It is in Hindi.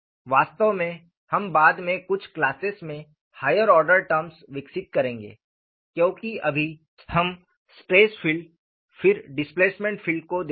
वास्तव में हम बाद में कुछ क्लासेस में हायर ऑर्डर टर्म्स विकसित करेंगे क्योंकि अभी हम स्ट्रेस फील्ड फिर डिस्पैसमेंट फील्ड को देखेंगे